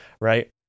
right